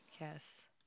Yes